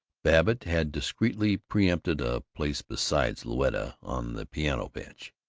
babbitt had discreetly preempted a place beside louetta on the piano bench.